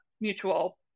mutual